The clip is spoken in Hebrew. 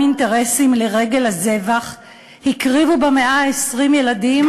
אינטרסים לרגל הזבח הקריבו במאה העשרים ילדים/